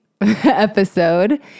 episode